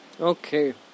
Okay